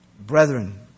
Brethren